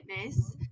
fitness